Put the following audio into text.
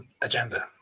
agenda